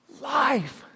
Life